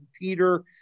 Peter